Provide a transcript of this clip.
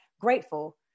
grateful